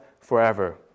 forever